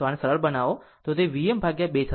આમ જો આને સરળ બનાવો તો તે Vm 2 હશે